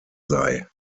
sei